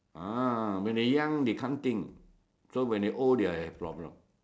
ah when they young they can't think so when they old they all have problem